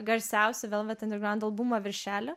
garsiausių velvet underground albumo viršelių